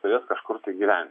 turės kažkur gyvent